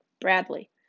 Bradley